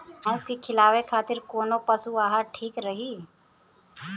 भैंस के खिलावे खातिर कोवन पशु आहार ठीक रही?